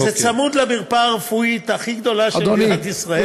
זה צמוד למרפאת ספורט הכי גדולה של מדינת ישראל.